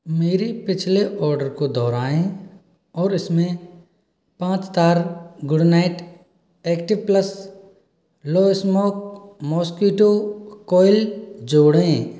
मेरी पिछले आर्डर को दोहराएं और इसमें पाँच तार good night active plus low smoke mosquito coil जोड़ें